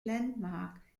landmark